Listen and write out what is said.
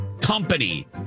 company